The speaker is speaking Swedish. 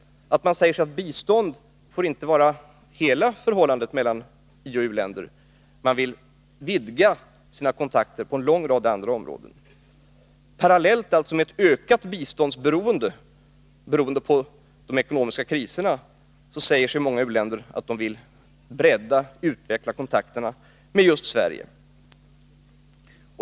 Man säger sig att bistånd inte får vara hela förhållandet mellan ioch u-länder. Man vill vidga sina kontakter på en lång rad andra områden. Parallellt med ett ökat biståndsberoende — på grund av de ekonomiska kriserna — vill alltså många u-länder bredda och utveckla kontakterna med just Sverige.